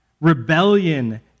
rebellion